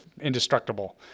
indestructible